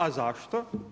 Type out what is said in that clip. A zašto?